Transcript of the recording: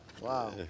Wow